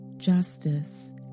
Justice